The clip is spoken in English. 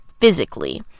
physically